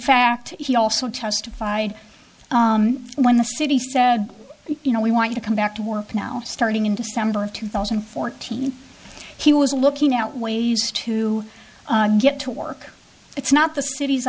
fact he also testified when the city said you know we want you to come back to work now starting in december of two thousand and fourteen he was looking out ways to get to work it's not the city's